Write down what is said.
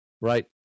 Right